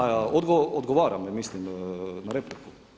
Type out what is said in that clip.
Pa odgovaram, mislim, na repliku.